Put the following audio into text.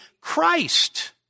Christ